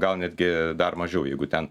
gal netgi dar mažiau jeigu ten